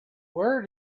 where